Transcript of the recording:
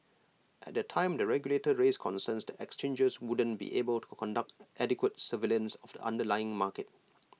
at the time the regulator raised concerns that exchanges wouldn't be able to conduct adequate surveillance of the underlying market